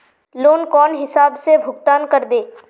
Loan कौन हिसाब से भुगतान करबे?